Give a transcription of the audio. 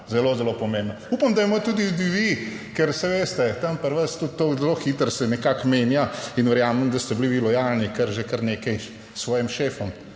zelo, zelo pomembna. Upam, / nerazumljivo/ tudi vi, ker saj veste, tam pri vas tudi to zelo hitro se nekako menja. In verjamem, da ste bili vi lojalni kar že kar nekaj s svojim šefom,